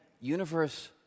universe